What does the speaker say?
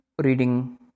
reading